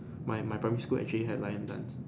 my my primary school actually had lion dance